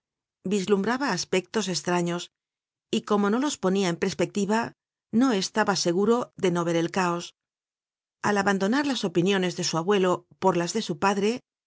vislumbraba aspectos estraños y como no los ponia en perspectiva no estaba seguro de no ver el caos al abandonar las opiniones de su abuelo por las de su padre